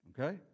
okay